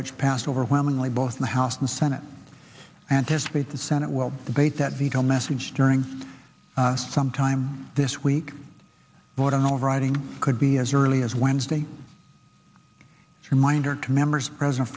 which passed overwhelmingly both the house and senate anticipate the senate will debate that veto message during sometime this week but an overriding could be as early as wednesday reminder to members present